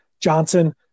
Johnson